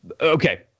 Okay